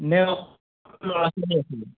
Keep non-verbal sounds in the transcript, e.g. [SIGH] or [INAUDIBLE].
নে [UNINTELLIGIBLE]